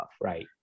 right